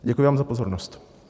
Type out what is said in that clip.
Děkuji vám za pozornost.